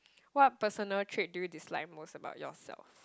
what personal trait do you dislike most about yourself